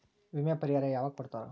ವಿಮೆ ಪರಿಹಾರ ಯಾವಾಗ್ ಕೊಡ್ತಾರ?